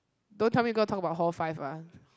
don't tell me you got Taobao whole five ah